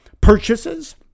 purchases